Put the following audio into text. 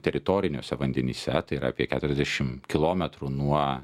teritoriniuose vandenyse tai yra apie keturiasdešim kilometrų nuo